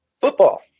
Football